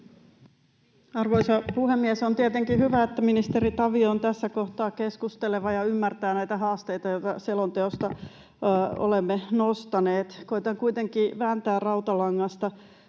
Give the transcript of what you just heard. Arvoisa puhemies! On tietenkin hyvä, että ministeri Tavio on tässä kohtaa keskusteleva ja ymmärtää näitä haasteita, joita selonteosta olemme nostaneet. Koitan kuitenkin vääntää rautalangasta.